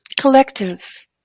Collective